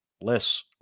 less